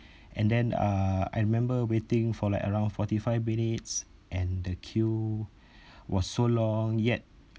and then uh I remember waiting for like around forty-five minutes and the queue was so long yet